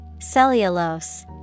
Cellulose